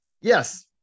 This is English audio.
yes